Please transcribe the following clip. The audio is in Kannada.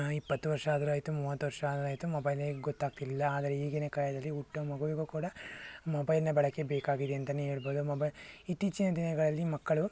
ಇಪ್ಪತ್ತು ವರ್ಷ ಆದರೂ ಆಯಿತು ಮೂವತ್ತು ವರ್ಷ ಆದರೂ ಆಯಿತು ಮೊಬೈಲೇ ಗೊತ್ತಾಗ್ತಿರಲಿಲ್ಲ ಆದರೆ ಈಗಿನ ಕಾಲದಲ್ಲಿ ಹುಟ್ಟೋ ಮಗುವಿಗೂ ಕೂಡ ಮೊಬೈಲ್ನ ಬಳಕೆ ಬೇಕಾಗಿದೆ ಅಂತಲೇ ಹೇಳ್ಬೋದು ಮೊಬ ಇತ್ತೀಚಿನ ದಿನಗಳಲ್ಲಿ ಮಕ್ಕಳು